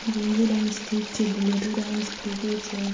jumbo dance ठीक छै बुलेटो डान्स ठीके छै